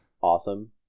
Awesome